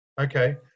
Okay